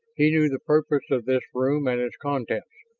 he knew the purpose of this room and its contents,